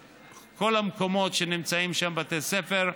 בפינסק, אם זה בכל המקומות שנמצאים שם בתי ספר,